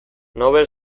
nobel